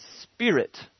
spirit